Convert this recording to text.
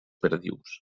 perdius